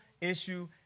issue